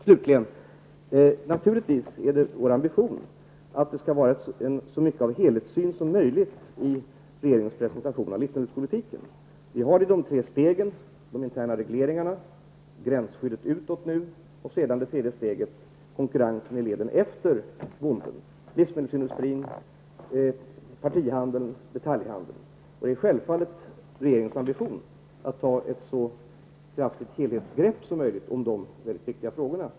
Slutligen: Naturligtvis är det vår ambition att det skall vara så mycket av helhetssyn som möjligt i regeringens presentation av livsmedelspolitiken. Vi har det i de tre stegen: i de interna regleringarna, nu i gränsskyddet utåt och sedan i konkurrensen i leden efter bonden, dvs. livsmedelsindustrin, partihandeln och detaljhandeln. Det är självfallet regeringens ambition att ta ett så kraftigt helhetsgrepp som möjligt om dessa viktiga frågor.